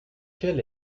quel